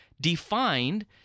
defined